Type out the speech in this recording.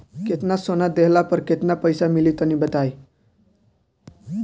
केतना सोना देहला पर केतना पईसा मिली तनि बताई?